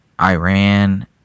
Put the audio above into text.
Iran